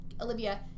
Olivia